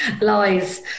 lies